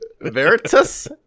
Veritas